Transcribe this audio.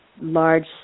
large